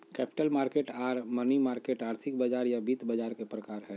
capital market आर money market आर्थिक बाजार या वित्त बाजार के प्रकार हय